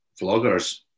vloggers